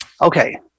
Okay